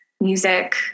music